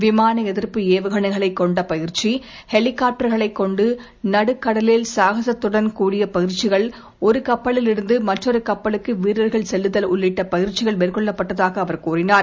விமான எதிர்ப்பு ஏவுகணைகளைக் கொண்ட பயிற்சி ஹெலிகாப்டர்களைக் கொண்டு நடுக்கடலில் சாகசகத்துடன் கூடிய பயிற்சிகள் ஒரு கப்பலிலிருந்து மற்றொரு கப்பலுக்கு வீரர்கள் செல்லுதல் உள்ளிட்ட பயிற்சிகள் மேற்கொள்ளப்பட்டதாக அவர் தெரிவித்தார்